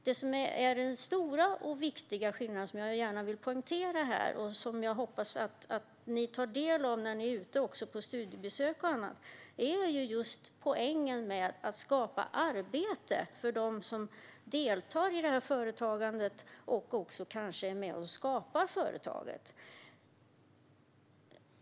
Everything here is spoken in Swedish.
Det stora, viktiga skillnaden som jag gärna vill poängtera och som jag hoppas att ni tar del av när ni är ute på studiebesök och annat är ju poängen med att skapa arbete för dem som deltar i företagandet och kanske också är med och skapar företaget.